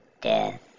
death